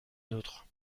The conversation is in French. nôtre